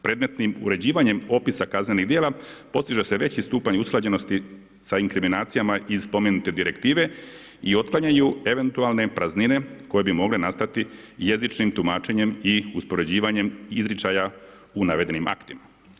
Predmetnim uređivanjem opisa kaznenih djela, postiže se veći stupanj usklađenosti sa inkriminacijama iz spomenute direktive i otklanjaju eventualne praznine koje bi mogle nastati jezičnim tumačenjem i uspoređivanjem izričaja u navedenim aktima.